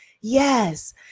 yes